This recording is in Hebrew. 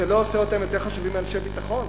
זה לא עושה אותם יותר חשובים מאנשי ביטחון